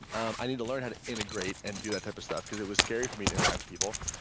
um i need to learn how to integrate and do that type of stuff because it was scary for me to interact with people.